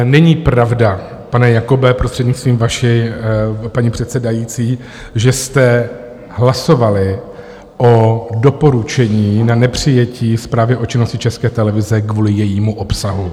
Není pravda, pane Jakobe prostřednictvím vaší paní předsedající, že jste hlasovali o doporučení na nepřijetí zprávy o činnosti České televize kvůli jejímu obsahu.